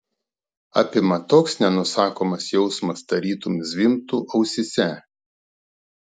apima toks nenusakomas jausmas tarytum zvimbtų ausyse